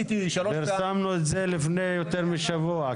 פרסמנו את זה לפני יותר משבוע.